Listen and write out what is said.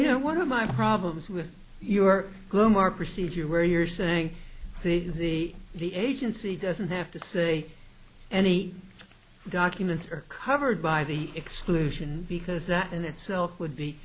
you know one of my problems with your go mark procedure where you're saying the the agency doesn't have to say and the documents are covered by the exclusion because that in itself would be